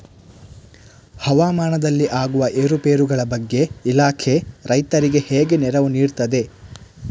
ಹವಾಮಾನದಲ್ಲಿ ಆಗುವ ಏರುಪೇರುಗಳ ಬಗ್ಗೆ ಇಲಾಖೆ ರೈತರಿಗೆ ಹೇಗೆ ನೆರವು ನೀಡ್ತದೆ?